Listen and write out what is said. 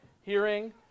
hearing